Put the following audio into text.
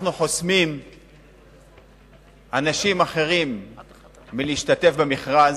אנחנו חוסמים אנשים אחרים מלהשתתף במכרז,